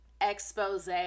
expose